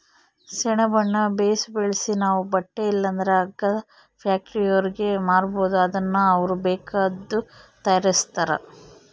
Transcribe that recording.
ಸೆಣಬುನ್ನ ಬೇಸು ಬೆಳ್ಸಿ ನಾವು ಬಟ್ಟೆ ಇಲ್ಲಂದ್ರ ಹಗ್ಗದ ಫ್ಯಾಕ್ಟರಿಯೋರ್ಗೆ ಮಾರ್ಬೋದು ಅದುನ್ನ ಅವ್ರು ಬೇಕಾದ್ದು ತಯಾರಿಸ್ತಾರ